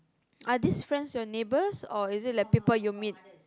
are this friends your neighbors or is it people you meet